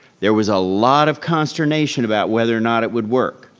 there was a lot of consternation about whether not it would work.